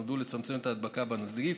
שנועדו לצמצם את ההדבקה בנגיף.